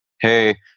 hey